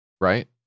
right